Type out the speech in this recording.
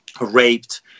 raped